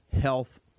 health